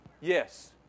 Yes